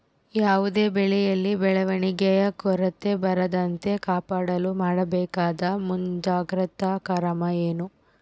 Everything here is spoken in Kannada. ಯಾವುದೇ ಬೆಳೆಯಲ್ಲಿ ಬೆಳವಣಿಗೆಯ ಕೊರತೆ ಬರದಂತೆ ಕಾಪಾಡಲು ಮಾಡಬೇಕಾದ ಮುಂಜಾಗ್ರತಾ ಕ್ರಮ ಏನು?